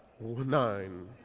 Nine